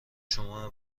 شما